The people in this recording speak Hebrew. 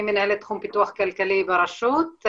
אני מנהלת תחום פיתוח כלכלי ברשות,